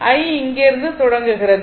I இங்கிருந்து தொடங்குகிறது